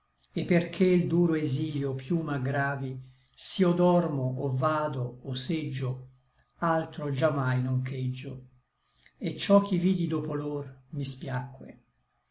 et perché l duro exilio piú m'aggravi s'io dormo o vado o seggio altro già mai non cheggio et ciò ch'i vidi dopo lor mi spiacque